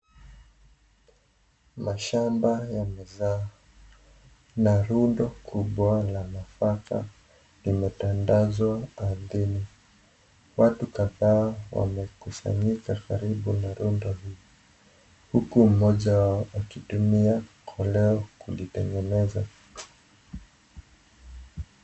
Mashamba yamezaa na rundo kubwa ya nafaka imetandazwa ardhini. Watu kadhaa wamekusanyika karibu na rundo hili, huku moja wao akitumia kolea kulitengeneza.